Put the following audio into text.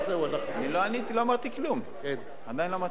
אני לא אמרתי כלום, עדיין לא אמרתי כלום.